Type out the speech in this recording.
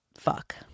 fuck